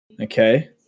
Okay